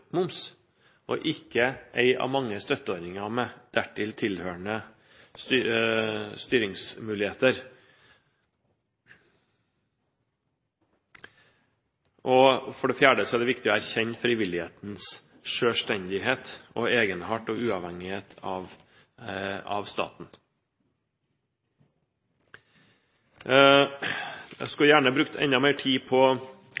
moms og ikke en av mange støtteordninger med dertil hørende styringsmuligheter. For det fjerde er det viktig å erkjenne frivillighetens selvstendighet, egenart og uavhengighet av staten. Jeg skulle gjerne brukt enda mer tid på